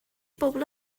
pobl